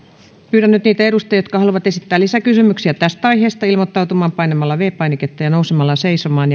pyydän niitä edustajia jotka haluavat esittää lisäkysymyksiä tästä aiheesta ilmoittautumaan painamalla viides painiketta ja nousemalla seisomaan